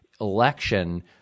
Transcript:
election